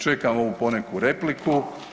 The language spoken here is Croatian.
Čekam ovu poneku repliku.